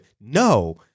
No